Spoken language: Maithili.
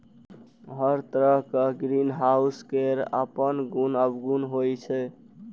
हर तरहक ग्रीनहाउस केर अपन गुण अवगुण होइ छै